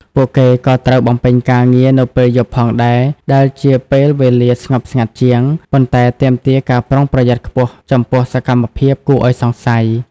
ពួកគេក៏ត្រូវបំពេញការងារនៅពេលយប់ផងដែរ ដែលជាពេលវេលាស្ងប់ស្ងាត់ជាង ប៉ុន្តែទាមទារការប្រុងប្រយ័ត្នខ្ពស់ចំពោះសកម្មភាពគួរឲ្យសង្ស័យ។